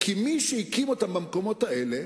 כי מי שהקים אותם במקומות האלה,